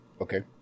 Okay